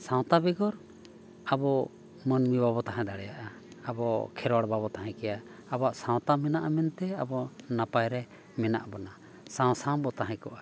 ᱥᱟᱶᱛᱟ ᱵᱮᱜᱚᱨ ᱟᱵᱚ ᱢᱟᱹᱱᱢᱤ ᱵᱟᱵᱚ ᱛᱟᱦᱮᱸ ᱫᱟᱲᱮᱭᱟᱜᱼᱟ ᱟᱵᱚ ᱠᱷᱮᱨᱣᱟᱲ ᱵᱟᱵᱚ ᱛᱟᱦᱮᱸ ᱠᱮᱭᱟ ᱟᱵᱚᱣᱟᱜ ᱥᱟᱶᱛᱟ ᱢᱮᱱᱟᱜᱼᱟ ᱢᱮᱱᱛᱮ ᱟᱵᱚ ᱱᱟᱯᱟᱭ ᱨᱮ ᱢᱮᱱᱟᱜ ᱵᱚᱱᱟ ᱥᱟᱶ ᱥᱟᱶ ᱵᱚᱱ ᱛᱟᱦᱮᱸ ᱠᱚᱜᱼᱟ